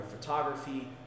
photography